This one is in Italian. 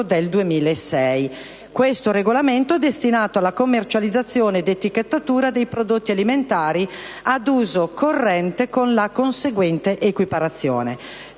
del regolamento (CE) n. 1924/2006, destinato alla commercializzazione ed etichettatura dei prodotti alimentari ad uso corrente con la conseguente equiparazione;